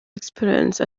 experience